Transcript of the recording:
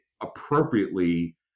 appropriately